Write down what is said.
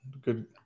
Good